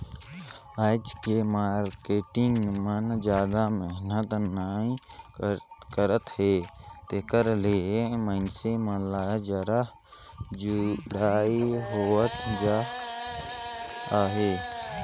आज के मारकेटिंग मन जादा मेहनत नइ करत हे तेकरे ले मइनसे मन ल जर जुड़ई होवत जात अहे